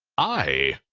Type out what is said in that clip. i!